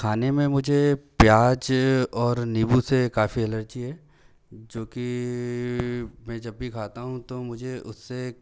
खाने में मुझे प्याज और नींबू से काफ़ी एलर्जी है जो कि मैं जब भी खाता हूँ तो मुझे उससे